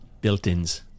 built-ins